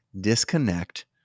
disconnect